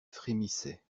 frémissait